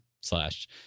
slash